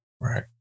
Right